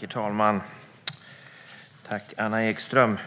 Herr talman! Jag tackar Anna Ekström.